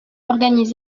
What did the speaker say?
organise